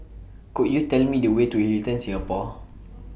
Could YOU Tell Me The Way to Hilton Singapore